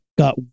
got